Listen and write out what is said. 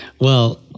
Well-